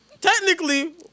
technically